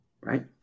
right